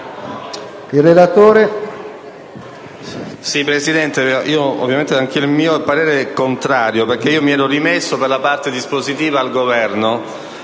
Il relatore